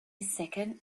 second